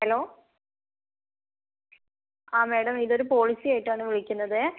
hello ആ madam ഇതൊരു policy ആയിട്ടാണ് വിളിക്കുന്നത്